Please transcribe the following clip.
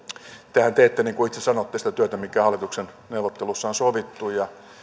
tehän teette niin kuin itse sanotte sitä työtä mikä hallituksen neuvotteluissa on sovittu ja